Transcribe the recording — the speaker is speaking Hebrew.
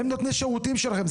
הם נותני שירותים שלכם.